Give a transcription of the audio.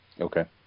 Okay